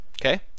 Okay